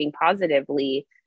positively